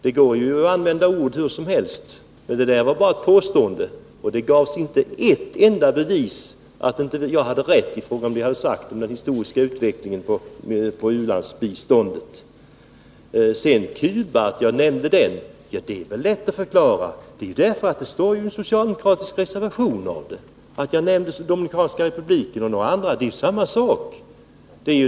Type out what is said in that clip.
Det går ju att använda ord hur som helst. Det var bara ett påstående, och det gavsinte ett enda bevis för att jag inte hade rätt i fråga om det jag sade om den historiska utvecklingen av u-landsbiståndet. Att jag nämnde Cuba är väl lätt att förklara. Det var därför att det står om Cuba i en socialdemokratisk reservation. Jag nämnde Dominikanska republiken och några andra länder av samma skäl.